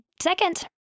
second